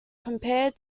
compared